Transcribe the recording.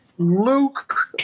Luke